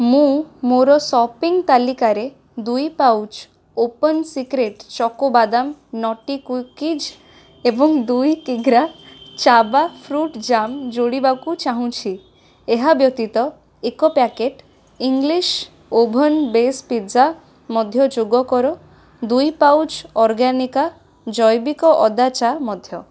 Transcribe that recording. ମୁଁ ମୋର ସପିଂ ତାଲିକାରେ ଦୁଇ ପାଉଚ୍ ଓପନ୍ ସିକ୍ରେଟ୍ ଚକୋ ବାଦାମ ନଟ୍ଟି କୁକିଜ୍ ଏବଂ ଦୁଇ କିଗ୍ରା ଚାବା ଫ୍ରୁଟ୍ ଜାମ୍ ଯୋଡ଼ିବାକୁ ଚାହୁଁଛି ଏହା ବ୍ୟତୀତ ଏକ packet English oven base pizza ମଧ୍ୟ ଯୋଗ କର ଦୁଇ ପାଉଚ୍ ଅର୍ଗାନିକା ଜୈବିକ ଅଦା ଚା' ମଧ୍ୟ